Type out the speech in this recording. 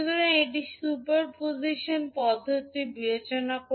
সুতরাং এটি superposition পদ্ধতিটি বিবেচনা করে